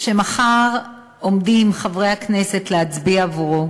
שמחר עומדים חברי הכנסת להצביע עבורו